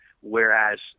whereas